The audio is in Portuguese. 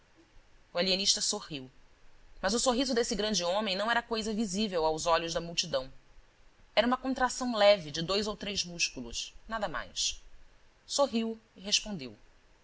o alienista sorriu mas o sorriso desse grande homem não era coisa visível aos olhos da multidão era uma contração leve de dois ou três músculos nada mais sorriu e respondeu